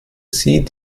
sie